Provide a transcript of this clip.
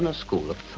and school of thought.